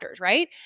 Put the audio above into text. right